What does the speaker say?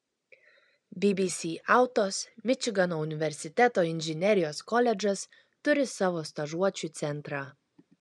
bbc autos mičigano universiteto inžinerijos koledžas turi savo stažuočių centrą